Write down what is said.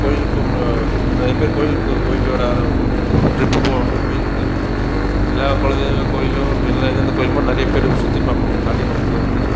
கோயிலுக்கும் நிறைய பேர் கோயிலுக்கு போயிட்டு வர ஆரம்பிப் டிரிப்பு போவாங்க கோயிலுக்கு எல்லா குலதெய்வ கோயிலும் அப்புறம் எல்லாரும் எந்த கோயிலுமோ நிறைய பேர் சுற்றி பார்ப்பாங்க கார்த்திகை மாதத்துல வந்து